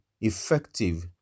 effective